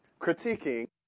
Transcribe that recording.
critiquing